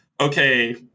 okay